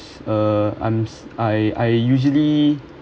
uh I I usually